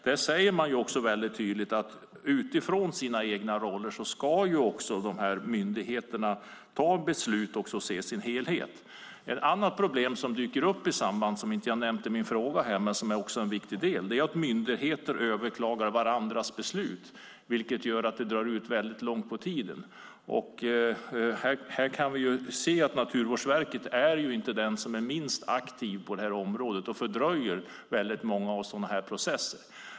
Där säger man tydligt att myndigheterna utifrån sina egna roller ska ta beslut och ses i en helhet. Ett annat problem som dyker upp som jag inte nämnt i min interpellation men som är en viktig del är att myndigheter överklagar varandras beslut. Det gör att det drar väldigt långt ut på tiden. Här kan vi se att Naturvårdsverket inte är den som är minst aktiv på det här området och fördröjer många sådana här processer.